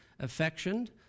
Affectioned